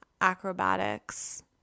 acrobatics